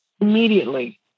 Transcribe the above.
immediately